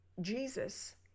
Jesus